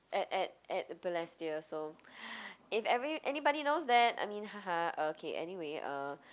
at at at Balestier so if every anybody knows that I mean ha ha uh okay anyway uh